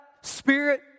Spirit